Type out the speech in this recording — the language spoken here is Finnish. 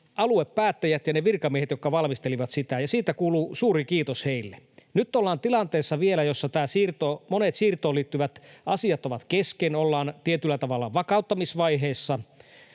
aluepäättäjät ja ne virkamiehet, jotka valmistelivat sitä, ja siitä kuuluu suuri kiitos heille. Nyt ollaan vielä tilanteessa, jossa monet siirtoon liittyvät asiat ovat kesken, ollaan tietyllä tavalla vakauttamisvaiheessa.